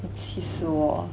气死我